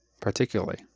particularly